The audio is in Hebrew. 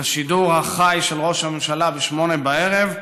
לשידור החי של ראש הממשלה בשמונה בערב,